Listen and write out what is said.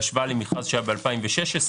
בהשוואה למכרז שהיה ב-2016.